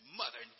mother